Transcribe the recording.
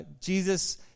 Jesus